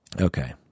Okay